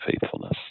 faithfulness